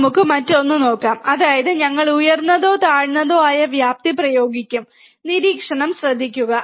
ഇനി നമുക്ക് മറ്റൊന്ന് നോക്കാം അതായത് ഞങ്ങൾ ഉയർന്നതോ താഴ്ന്നതോ ആയ വ്യാപ്തി പ്രയോഗിക്കും നിരീക്ഷണം ശ്രദ്ധിക്കുക